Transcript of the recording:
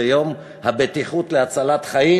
זה יום הבטיחות להצלת חיים,